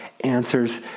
answers